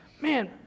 Man